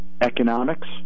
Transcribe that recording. economics